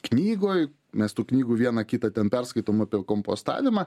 knygoj mes tų knygų vieną kitą ten perskaitom apie kompostavimą